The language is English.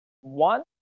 One